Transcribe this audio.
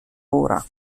ora